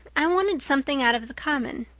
i wanted something out of the common.